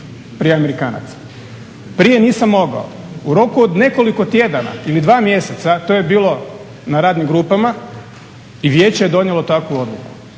prije nisam mogao. U roku od nekoliko tjedana ili dva mjeseca, to je bilo na radnim grupama, i vijeće je donijelo takvu odluku,